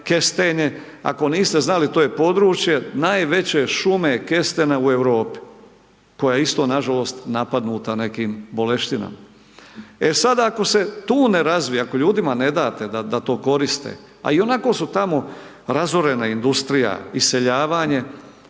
kestenje, ako niste znali to je područje najveće šume kestena u Europi koja je isto nažalost napadnuta nekim boleštinama. E sad ako se tu ne razvije, ako ljudima ne date da to koriste, a ionako su tamo razorena industrija, iseljavanje,